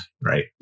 Right